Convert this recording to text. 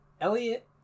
elliot